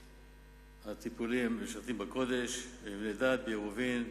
נושאי הטיפול הם משרתים בקודש, מבני דת, עירובין,